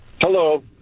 Hello